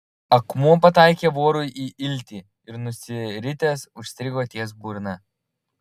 akmuo pataikė vorui į iltį ir nusiritęs užstrigo ties burna